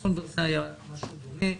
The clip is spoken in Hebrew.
אסון ורסאי היה משהו דומה.